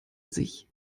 sich